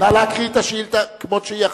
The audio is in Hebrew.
נא להקריא את השאילתא כמות שהיא.